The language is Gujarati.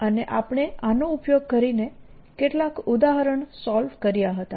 અને આપણે આનો ઉપયોગ કરીને કેટલાક ઉદાહરણો સોલ્વ કર્યા હતા